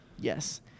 Yes